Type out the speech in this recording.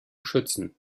schützen